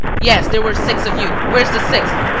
yes, there were six of you. where is the sixth?